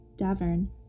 Davern